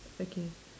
okay